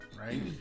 right